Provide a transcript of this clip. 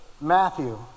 Matthew